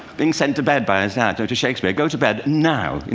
being sent to bed by his dad, so to shakespeare, go to bed, now!